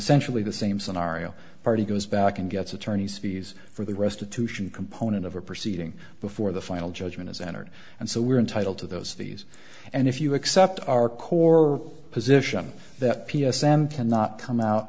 essentially the same scenario party goes back and gets attorneys fees for the rest of to sion component of a proceeding before the final judgment is entered and so we're entitled to those fees and if you accept our core position that p s m cannot come out